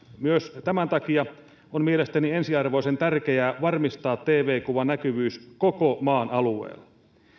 myös tämän takia on mielestäni ensiarvoisen tärkeää varmistaa tv kuvan näkyvyys koko maan alueella